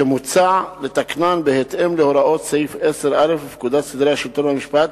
ומוצע לתקנן בהתאם להוראות סעיף 10א לפקודת סדרי השלטון והמשפט,